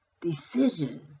decision